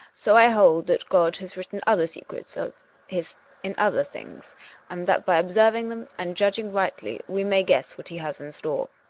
so i hold that god has written other secrets of his in other things and that by observing them and judging rightly we may guess what he has in store.